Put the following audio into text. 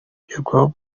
kugerwaho